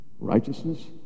righteousness